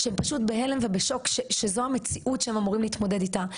שהם פשוט בהלם ובשוק שזו המציאות שהם אמורים להתמודד איתה.